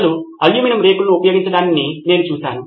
ప్రజలు అల్యూమినియం రేకులను ఉపయోగించడాన్ని నేను చూశాను